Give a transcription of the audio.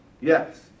Yes